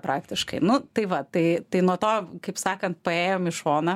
praktiškai nu tai va tai tai nuo to kaip sakant paėjom į šoną